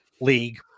league